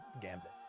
gambit